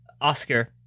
Oscar